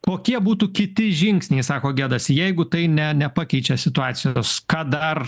kokie būtų kiti žingsniai sako gedas jeigu tai ne nepakeičia situacijos ką dar